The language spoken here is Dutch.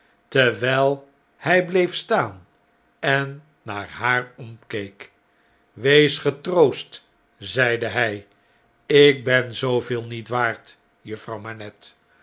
terwijl hjj bleef staan en naar haar omkeek wees getroost zei hjj ik ben zooveel niet waard